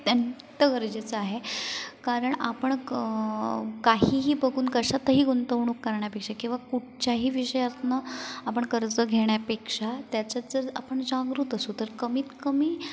अत्यंत गरजेचं आहे कारण आपण काहीही बघून कशातही गुंतवणूक करण्यापेक्षा किंवा कुठच्याही विषयातनं आपण कर्ज घेण्यापेक्षा त्याच्यात जर आपण जागरूक असू तर कमीत कमी